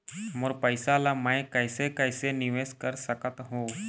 मोर पैसा ला मैं कैसे कैसे निवेश कर सकत हो?